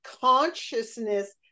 consciousness